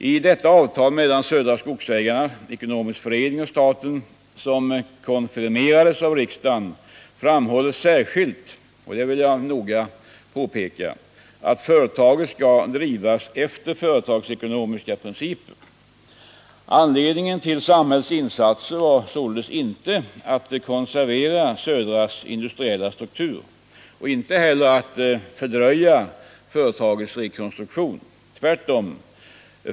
I detta avtal mellan Södra Skogsägarna ekonomisk förening och staten, som konfirmerades av riksdagen. framhålles särskilt — och det vill jag noga påpeka — att företaget skall drivas efter företagsekonomiska principer. Anledningen till samhällets insats var således inte att konservera Södras industriella struktur och inte heller att fördröja företagets rekonstruktion — tvärtom!